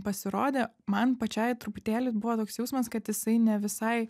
pasirodė man pačiai truputėlį buvo toks jausmas kad jisai ne visai